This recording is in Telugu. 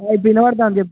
ఇప్పుడు వినపదుతుంది చెప్పు